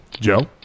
Joe